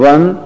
One